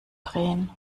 drehen